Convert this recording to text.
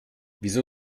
wieso